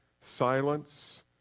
silence